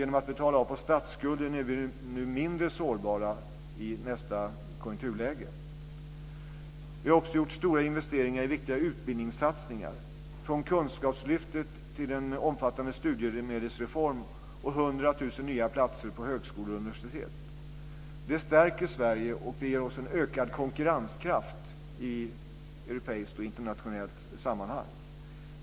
Genom att vi betalar av på statsskulden blir vi mindre sårbara i nästa konjunkturläge. Det stärker Sverige och ger oss en ökad konkurrenskraft i europeiskt och internationellt sammanhang.